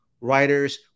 writers